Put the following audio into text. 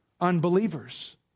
unbelievers